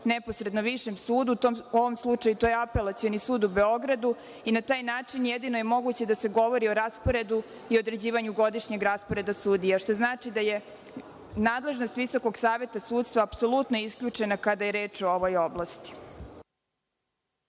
neposredno višem sudu, u ovom slučaju to je Apelacioni sud u Beogradu i na taj način jedino je moguće da se govori o rasporedu i određivanju godišnjeg rasporeda sudija, što znači da je nadležnost Visokog saveta sudstva apsolutno isključena kada je reč o ovoj oblasti.